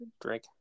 drink